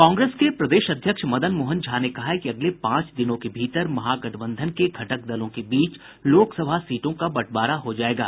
कांग्रेस के प्रदेश अध्यक्ष मदन मोहन झा ने कहा है कि अगले पांच दिनों के भीतर महागठबंधन के घटक दलों के बीच लोकसभा सीटों का बंटवारा हो जायेगा